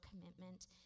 commitment